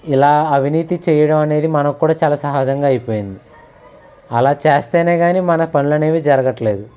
ఇలా అవినీతి చేయడం అనేది మనకు కూడా చాలా సహజంగా అయిపోయింది అలా చేస్తేనే కానీ మన పనులనేవి జరగట్లేదు